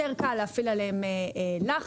יותר קל להפעיל עליהם לחץ,